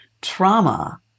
Trauma